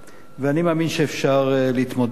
ואני מאמין שאפשר להתמודד.